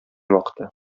вакыты